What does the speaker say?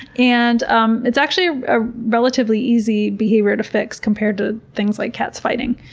and um it's actually a relatively easy behavior to fix compared to things like cats fighting.